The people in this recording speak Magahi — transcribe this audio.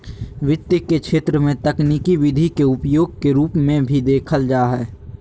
वित्त के क्षेत्र में तकनीकी विधि के उपयोग के रूप में भी देखल जा हइ